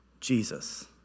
Jesus